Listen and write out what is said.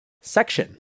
Section